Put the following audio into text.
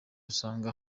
usanga